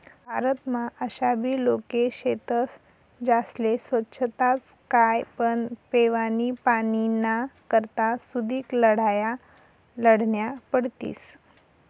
भारतमा आशाबी लोके शेतस ज्यास्ले सोच्छताच काय पण पेवानी पाणीना करता सुदीक लढाया लढन्या पडतीस